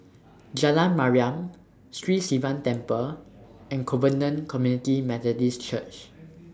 Jalan Mariam Sri Sivan Temple and Covenant Community Methodist Church